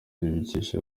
ibikesha